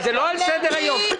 זה לא על סדר היום.